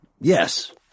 Yes